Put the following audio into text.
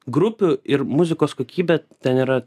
grupių ir muzikos kokybė ten yra